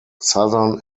southern